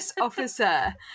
officer